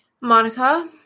Monica